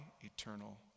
eternal